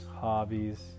hobbies